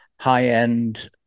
high-end